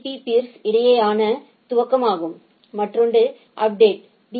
பீ பீா் களுக்கு இடையேயான துவக்கமாகும் மற்றொன்று அப்டேட் பி